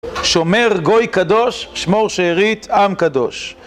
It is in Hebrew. שומר גוי קדוש, שמור שארית עם קדוש